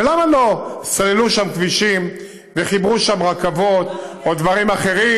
ולמה לא סללו שם כבישים וחיברו שם רכבות או דברים אחרים?